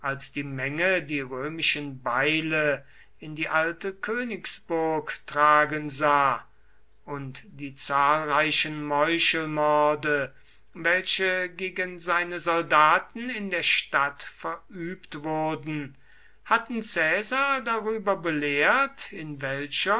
die menge die römischen beile in die alte königsburg tragen sah und die zahlreichen meuchelmorde welche gegen seine soldaten in der stadt verübt wurden hatten caesar darüber belehrt in welcher